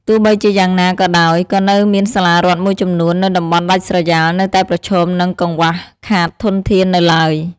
ទោះបីជាយ៉ាងណាក៏ដោយ ក៏នៅមានសាលារដ្ឋមួយចំនួននៅតំបន់ដាច់ស្រយាលនៅតែប្រឈមនឹងកង្វះខាតធនធាននៅឡើយ។